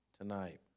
tonight